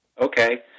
Okay